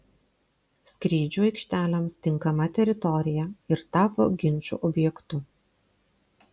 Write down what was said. skrydžių aikštelėms tinkama teritorija ir tapo ginčų objektu